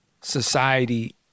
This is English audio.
society